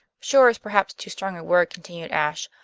sure is perhaps too strong a word, continued ashe.